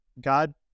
God